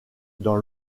dans